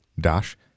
dash